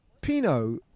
Pino